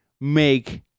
make